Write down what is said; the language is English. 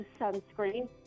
sunscreen